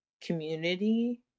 community